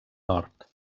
nord